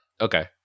Okay